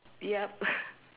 yup